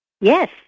Yes